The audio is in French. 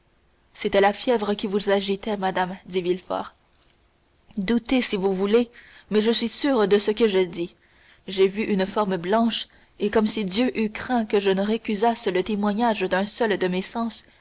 c'était la fièvre qui vous agitait madame dit villefort doutez si vous voulez mais je suis sûre de ce que je dis j'ai vu une forme blanche et comme si dieu eût craint que je ne récusasse le témoignage d'un seul de mes sens